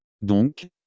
Donc